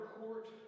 court